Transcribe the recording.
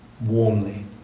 warmly